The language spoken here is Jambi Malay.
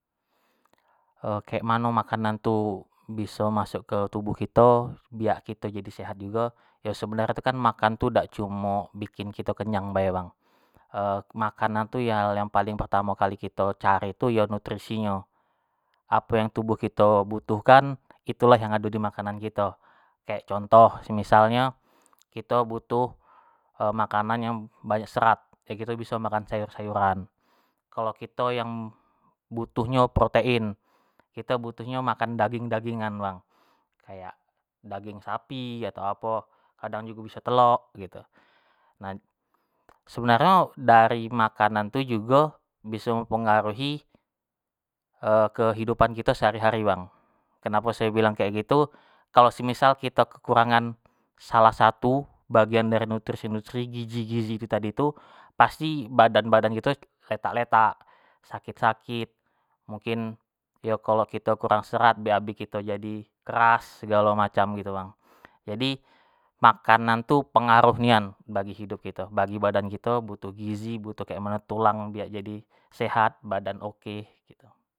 kek mano makanan tu biso masuk ke tubuh kito biak kito jadi sehat jugo, yo sebenarnyo tu kan kito makan tu kan dak cumo bikin kito kenyang bae bang, makanan tu lah hal yang paling pertamo kali kito cari tu yo nutrisi nyo, apo yang tubuh kito butuh kan, itulah yang ado dimakanan kito, kek contoh, semisalnyo kito butuh makanan yang banyak serat, yo kito biso makan sayur-sayuran, kalo kito yang butuh nyo protein, kito butuhnyo makan daging-dagingan bang, kayak daging sapi atau apo, kadang jugo biso telok, sebenarnyo dari makanan tu jugo biso mempengaruhi kehidupan kito sehari-hari bang, kenapo sayo bilang kek gitu, kalua semisal kito kekurangan salah satu bagian dari nutrisi-nutrisi, gizi-gizi kito tadi tu, pasti badan-badan kito letak-letak, sakit-sakit, mungkin yo kalo kito kurang serat bab kito jadi keras segalo macam gitu bang, jadi makanan tu pengaruh nian bagi hidup kito, bagi tubuh kito butuh gizi, butuh kek mano tulang kito jadi sehat, badan oke, gitu.